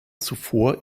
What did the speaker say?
zuvor